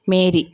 mary